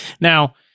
Now